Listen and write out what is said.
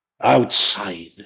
outside